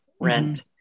Rent